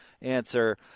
answer